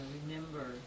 remember